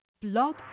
Blog